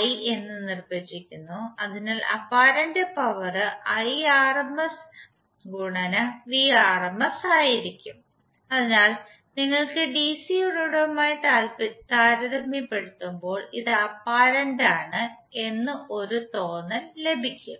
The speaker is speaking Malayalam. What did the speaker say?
i എന്ന് നിർവചിക്കുന്നു അതിനാൽ അപ്പാരന്റ് പവർ Irms Vrms ആയിരിക്കും അതിനാൽ നിങ്ങൾക്ക് ഡിസി ഉറവിടവുമായി താരതമ്യപ്പെടുത്തുമ്പോൾ ഇത് അപ്പാരന്റ് ആണ് എന്ന് ഒരു തോന്നൽ ലഭിക്കും